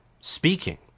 speaking